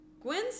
Gwen